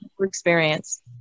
experience